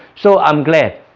so i'm glad